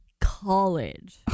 college